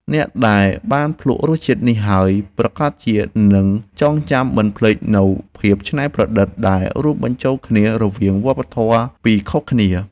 អ្នកដែលបានភ្លក់រសជាតិនេះហើយប្រាកដជានឹងចងចាំមិនភ្លេចនូវភាពច្នៃប្រឌិតដែលរួមបញ្ចូលគ្នារវាងវប្បធម៌ពីរខុសគ្នា។